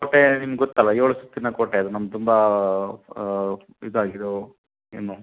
ಕೋಟೆ ನಿಮ್ಗೆ ಗೊತ್ತಲ್ಲಾ ಏಳು ಸುತ್ತಿನ ಕೋಟೆ ಅದು ನಮ್ಗೆ ತುಂಬಾ ಇದಾಗಿದವೆ ಏನು